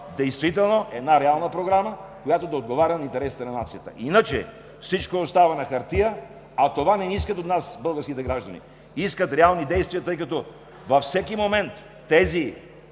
действително една реална програма, която да отговаря на интересите на нацията. Иначе всичко остава на хартия, а това не искат от нас българските граждани – искат реални действия, тъй като във всеки момент тези